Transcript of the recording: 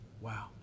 Wow